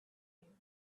you